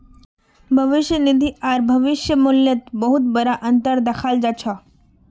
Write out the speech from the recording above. भविष्य निधि आर भविष्य मूल्यत बहुत बडा अनतर दखाल जा छ